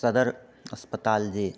सदर अस्पताल जे